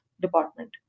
department